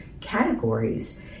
categories